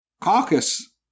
caucus